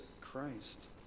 Christ